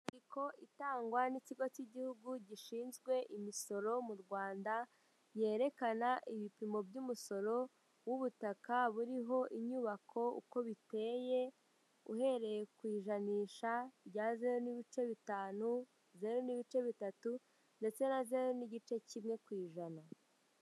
Inyandiko itangwa n'ikigo cy'igihugu gishinzwe imisoro mu Rwanda, yerekana ibipimo by'umusoro w'ubutaka buriho inyubako uko biteye, uhereye ku ijanisha rya zeru n'ibice bitanu, zeru n'ibice bitatu ndetse na zeru n'igice kimwe ku 'ijana.